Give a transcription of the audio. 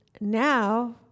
now